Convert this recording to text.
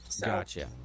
Gotcha